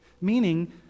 meaning